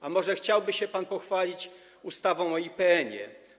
A może chciałby się pan pochwalić ustawą o IPN-ie?